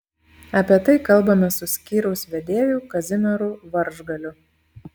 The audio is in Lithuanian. apie tai kalbamės su skyriaus vedėju kazimieru varžgaliu